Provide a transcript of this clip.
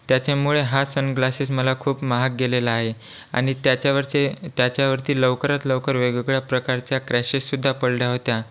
त्याच्यामुळे हा सनग्लासेस मला खूप महाग गेलेला आहे आणि त्याच्यावरचे त्याच्यावरती लवकरात लवकर वेगवेगळ्या प्रकारच्या क्रॅशेस सुद्धा पडल्या होत्या